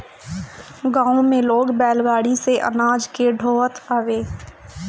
गांव में लोग बैलगाड़ी से अनाज के ढोअत हवे